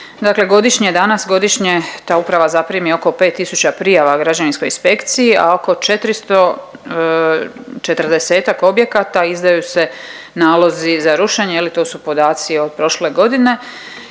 godišnje danas, godišnje ta uprava zaprimi oko 5000 prijava građevinskoj inspekciji, a oko 440-ak objekata, izdaju se nalozi za rušenje, je li, to su podaci od prošle godine